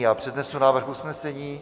Já přednesu návrh usnesení.